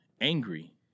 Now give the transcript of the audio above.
angry